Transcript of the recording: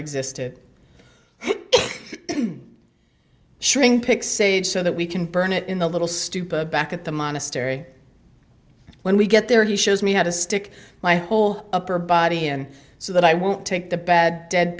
existed shrink pics age so that we can burn it in the little stupid back at the monastery when we get there he shows me how to stick my whole upper body in so that i won't take the bad dead